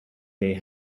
they